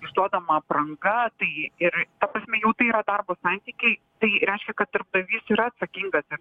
išduodama apranga tai ji ir ta prasme jau tai yra darbo santykiai tai reiškia kad darbdavys yra atsakingas jeigu